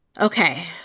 Okay